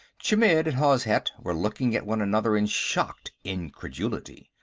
chmidd and hozhet were looking at one another in shocked incredulity.